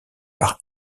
par